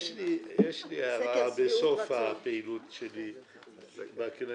יש לי הערה בסוף הפעילות שלי בכנסת,